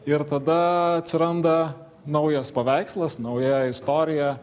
ir tada atsiranda naujas paveikslas nauja istorija